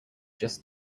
just